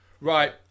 right